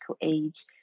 age